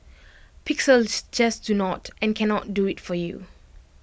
pixels just do not and cannot do IT for you